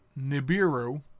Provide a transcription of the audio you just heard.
Nibiru